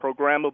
programmable